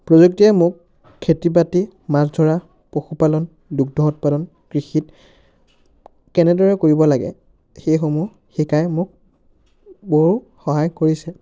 প্ৰযুক্তিয়ে মোক খেতি বাতি মাছ ধৰা পশুপালন দুগ্ধ উৎপাদন কৃষিত কেনেদৰে কৰিব লাগে সেইসমূহ শিকাই মোক বৰ সহায় কৰিছে